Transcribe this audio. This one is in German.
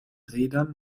rädern